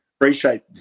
Appreciate